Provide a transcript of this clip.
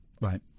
Right